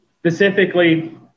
specifically